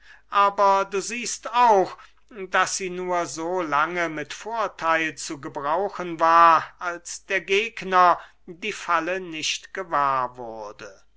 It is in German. aber du siehst auch daß sie nur so lange mit vortheil zu gebrauchen war als der gegner die falle nicht gewahr wurde